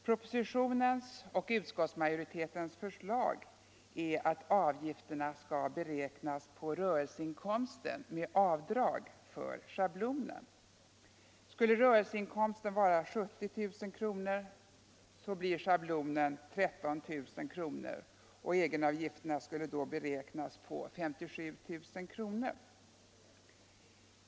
Propositionens och utskottsmajoritetens förslag är att avgifterna skall beräknas på rörelseinkomsten med avdrag för schablonen. Skulle rörelseinkomsten vara 70 000 kr. blir schablonen 13 000 kr., och egenavgifterna skall då beräknas på 57 000 kr.